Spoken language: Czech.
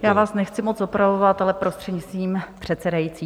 Já vás nechci moc opravovat, ale prostřednictvím předsedající.